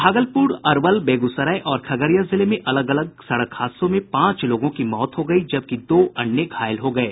भागलपूर अरवल बेगूसरा और खगड़िया जिले में अलग अलग सड़क हादसों में पांच लोगों की मौत हो गयी जबकि दो अन्य घायल हो गये